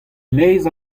leizh